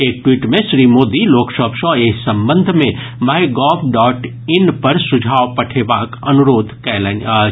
एक ट्वीट में श्री मोदी लोक सभ सॅ एहि संबंध मे माई गव डॉट इन पर सुझाव पठेबाक अनुरोध कयलनि अछि